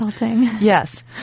Yes